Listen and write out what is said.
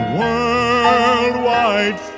worldwide